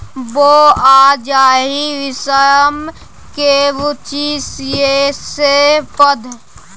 बौंआ जाहि विषम मे रुचि यै सैह पढ़ु